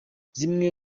zimwe